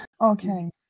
okay